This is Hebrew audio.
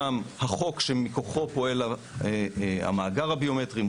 שם החוק שמכוחו פועל המאגר הביומטרי,